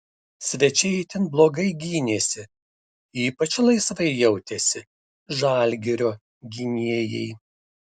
svečiai itin blogai gynėsi ypač laisvai jautėsi žalgirio gynėjai